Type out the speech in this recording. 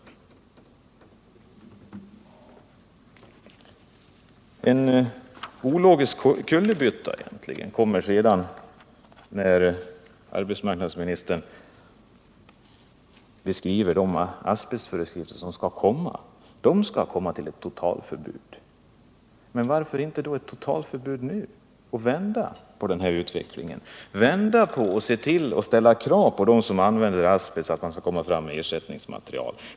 Det är sedan egentligen en logisk kullerbytta som kommer när arbetsmarknadsministern beskriver de asbestföreskrifter som skall komma. De skall innebära totalförbud. Men varför då inte föreskriva totalförbud nu och vända på utvecklingen, ställa krav på dem som använder asbest om att komma fram med ersättningsmaterial?